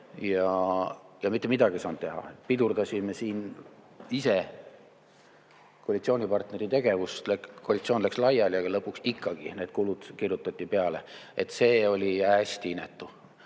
Ja mitte midagi ei saanud teha. Me pidurdasime siin ise koalitsioonipartneri tegevust, koalitsioon läks laiali, aga lõpuks ikkagi need kulud kirjutati sisse. See oli hästi inetu.